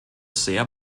sehr